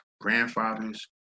grandfathers